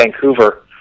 Vancouver